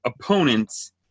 opponents